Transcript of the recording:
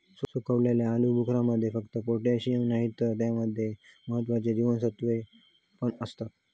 सुखवलेल्या आलुबुखारमध्ये फक्त पोटॅशिअम नाही तर त्याच्या मध्ये महत्त्वाची जीवनसत्त्वा पण असतत